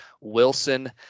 Wilson